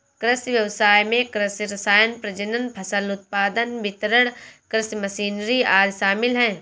कृषि व्ययसाय में कृषि रसायन, प्रजनन, फसल उत्पादन, वितरण, कृषि मशीनरी आदि शामिल है